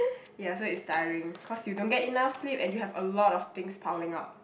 ya so it's tiring cause you don't get enough sleep and you have a lot things piling up